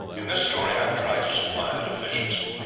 in this story i have tried to supply the deficiency.